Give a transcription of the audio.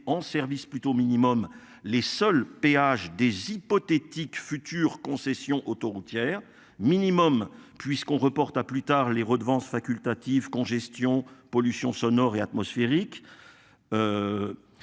en service plutôt minimum les seuls péages des hypothétique future concession autoroutière minimum puisqu'on reporte à plus tard les redevances facultative congestion pollution sonore et atmosphérique.